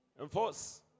Enforce